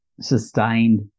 sustained